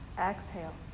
Exhale